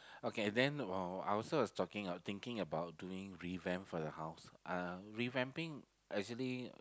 okay then while I was also was talking was thinking about doing revamp for the house uh revamping actually